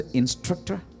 instructor